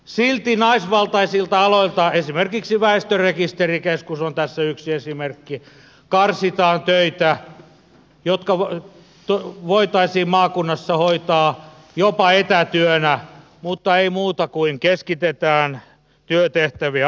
silti naisvaltaisilta aloilta esimerkiksi väestörekisterikeskus on tässä yksi esimerkki karsitaan töitä jotka voitaisiin maakunnassa hoitaa jopa etätyönä mutta ei muuta kuin keskitetään työtehtäviä asutuskeskuksiin